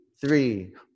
three